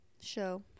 show